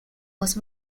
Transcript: voz